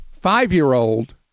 five-year-old